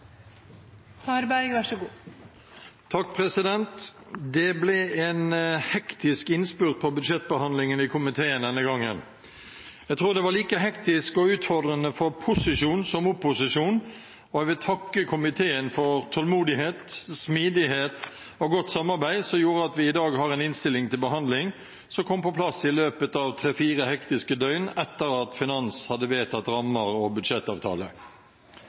Det ble en hektisk innspurt på budsjettbehandlingen i komiteen denne gangen. Jeg tror det var like hektisk og utfordrende for posisjon som for opposisjon, og jeg vil takke komiteen for tålmodighet, smidighet og godt samarbeid som gjorde at vi i dag har en innstilling til behandling som kom på plass i løpet av tre–fire hektiske døgn etter at finanskomiteen hadde blitt enige om rammer og budsjettavtale.